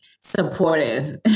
supportive